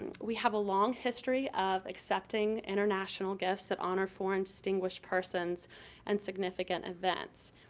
we have a long history of accepting international gifts that honor foreign distinguished persons and significant events.